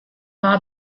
war